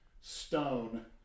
stone